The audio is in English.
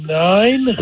nine